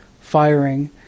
firing